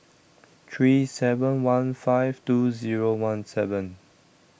three seven one five two zero one seven